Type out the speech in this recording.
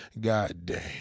Goddamn